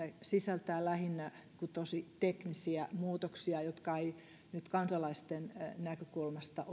sisältää lähinnä tosi teknisiä muutoksia jotka eivät nyt kansalaisten näkökulmasta